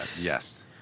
Yes